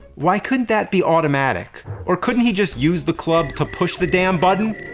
why couldn't that be automatic or couldn't he just use the club to push the damn button?